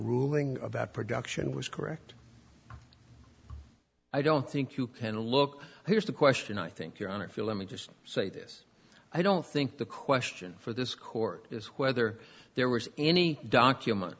ruling about production was correct i don't think you can look here's the question i think your honor if you let me just say this i don't think the question for this court is whether there was any document